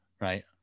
Right